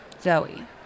Zoe